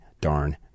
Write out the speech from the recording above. darn